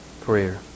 prayer